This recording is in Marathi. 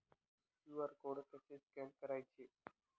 क्यू.आर कोड कसे स्कॅन करायचे?